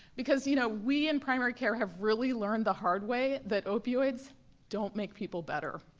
because you know we in primary care have really learned the hard way that opioids don't make people better.